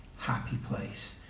happyplace